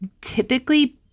typically